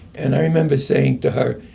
and i remember saying to her,